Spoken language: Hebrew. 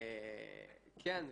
כן,